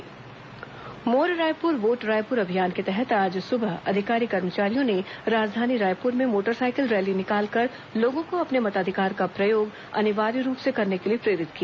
SVEEP rally मोर Raipur vote Raipur अभियान के तहत आज सुबह अधिकारी कर्मचारियों ने राजधानी रायपुर में मोटरसाइकिल रैली निकालकर लोगों को अपने मताधिकार का प्रयोग अनिवार्य रूप से करने के लिए प्रेरित किया